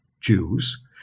Jews